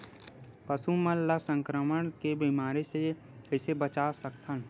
पशु मन ला संक्रमण के बीमारी से कइसे बचा सकथन?